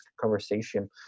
conversation